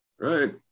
Right